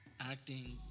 acting